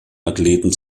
athleten